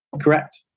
Correct